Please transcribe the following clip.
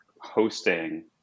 hosting